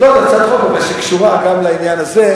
לא, זה הצעת חוק, אבל שקשורה גם לעניין הזה.